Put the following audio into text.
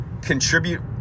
contribute